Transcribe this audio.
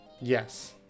Yes